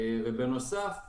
בנוסף,